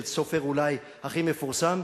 של סופר אולי הכי מפורסם,